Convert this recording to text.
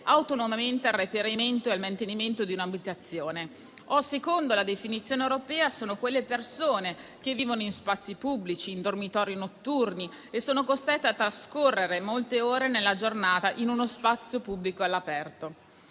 autonomamente al reperimento e al mantenimento di un'abitazione; oppure, secondo la definizione europea, sono quelle persone che vivono in spazi pubblici, in dormitori notturni e sono costrette a trascorrere molte ore nella giornata in uno spazio pubblico all'aperto.